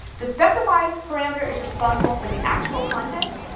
the specifies parameter is responsible for the actual content.